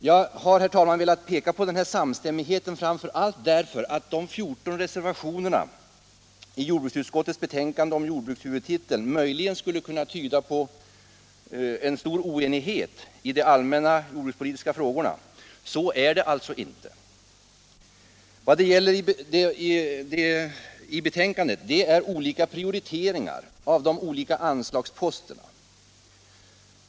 Jag har, herr talman, velat peka på samstämmigheten i utredningen framför allt därför att de 14 reservationerna i jordbruksutskottets betänkande om jordbrukshuvudtiteln möjligen skulle kunna tyda på en stor oenighet i de allmänna jordbrukspolitiska frågorna. Så är det alltså inte. Vad det gäller i betänkandet är olika prioriteringar av de enskilda anslagsposterna.